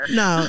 no